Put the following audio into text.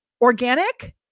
organic